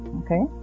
okay